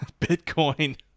Bitcoin